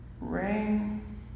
Ring